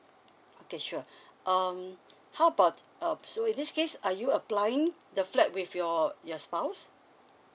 okay sure um how about uh so in this case are you applying the flat with your your spouse